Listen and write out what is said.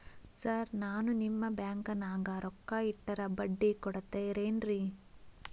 Sir ನಾನು ನಿಮ್ಮ ಬ್ಯಾಂಕನಾಗ ರೊಕ್ಕ ಇಟ್ಟರ ಬಡ್ಡಿ ಕೊಡತೇರೇನ್ರಿ?